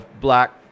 black